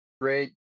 great